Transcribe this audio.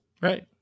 Right